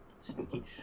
Spooky